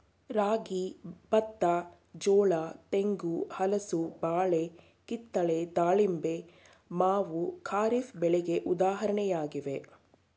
ರಾಗಿ, ಬತ್ತ, ಜೋಳ, ತೆಂಗು, ಹಲಸು, ಬಾಳೆ, ಕಿತ್ತಳೆ, ದಾಳಿಂಬೆ, ಮಾವು ಖಾರಿಫ್ ಬೆಳೆಗೆ ಉದಾಹರಣೆಯಾಗಿವೆ